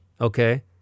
Okay